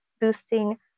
boosting